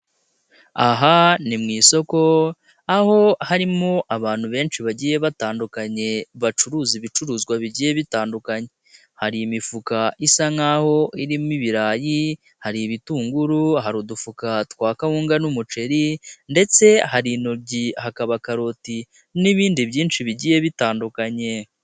Aha ni mu isoko, aho harimo abantu benshi bagiye batandukanye, bacuruza ibicuruzwa bigiye bitandukanye, hari imifuka isa nk'aho harimo ibirayi, hari ibitunguru, hari udufuka twa kawunga n'umuceri ndetse hari inoryi, haka hakaba karoti n'ibindi byinshi bigiye bitandukanye.